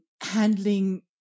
handling